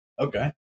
Okay